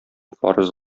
фарыз